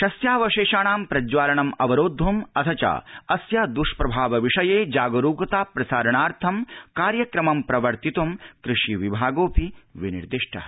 शस्यावशेषाणा प्रज्वालनम् अवरोद्धम् अथ च अस्य द्ष्प्रभावविषये जागरूकता प्रसारणार्थ कार्यक्रमं प्रवर्तितुं कृषिविभागो विनिर्दिष्टः